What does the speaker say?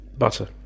butter